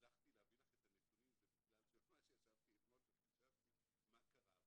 והצלחתי להביא לך את הנתונים זה בגלל שממש ישבתי אתמול וחישבתי מה קרה.